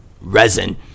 resin